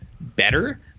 better